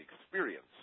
experience